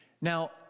Now